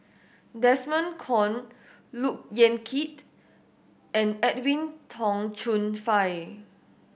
Desmond Kon Look Yan Kit and Edwin Tong Chun Fai